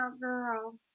girl